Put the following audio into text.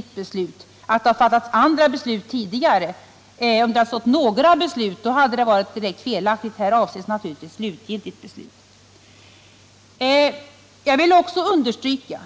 Om jag hade sagt att man tidigare hade fattat andra beslut — eller om det i mitt svar hade stått några beslut — så hade det varit felaktigt. Här avses naturligtvis slutgiltigt beslut. Jag vill också understryka